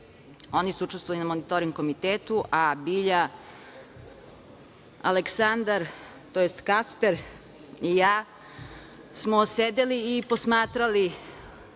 Oni su učestvovali na Monitoring komitetu, a Bilja, Aleksandar, tj. Kasper i ja smo sedeli i posmatrali